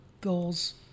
goals